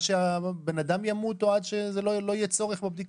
שהם ימותו או שלא יהיה צורך בבדיקה.